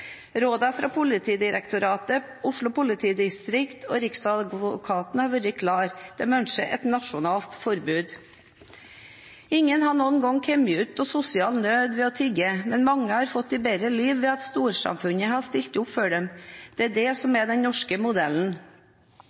Rådene fra Politidirektoratet, Oslo politidistrikt og Riksadvokaten har vært klar: De ønsker et nasjonalt forbud. Ingen har noen gang kommet ut av sosial nød ved å tigge, men mange har fått et bedre liv ved at storsamfunnet har stilt opp for dem. Det er det som er den norske modellen.